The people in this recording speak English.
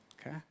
Okay